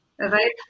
right